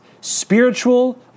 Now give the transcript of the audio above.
spiritual